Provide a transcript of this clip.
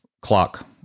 clock